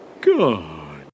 God